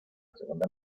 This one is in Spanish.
segunda